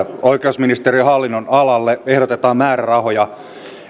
oikeusministeriön hallinnonalalle ehdotetaan määrärahoja